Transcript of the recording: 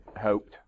hoped